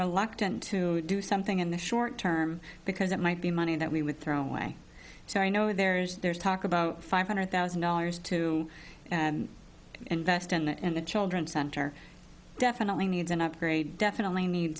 reluctant to do something in the short term because it might be money that we would throw away so i know there's there's talk about five hundred thousand dollars to invest and the children's center definitely needs an upgrade definitely need